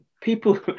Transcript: people